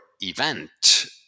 event